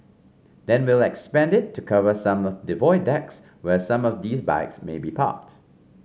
then we'll expand it to cover some of the Void Decks where some of these bikes may be parked